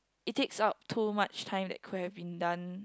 it takes up too much time that could have been done